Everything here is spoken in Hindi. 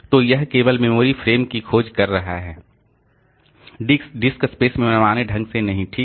तो वह केवल मेमोरी फ्रेम की खोज कर रहा है डिस्क स्पेस में मनमाने ढंग से नहीं ठीक है